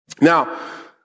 Now